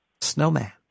snowman